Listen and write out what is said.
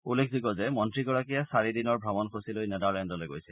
উল্লেখযোগ্য যে মন্ত্ৰীগৰাকীয়ে চাৰিদিনৰ ভ্ৰমণসূচী লৈ নেডাৰলেণ্ডলৈ গৈছে